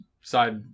Side